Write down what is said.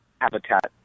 habitat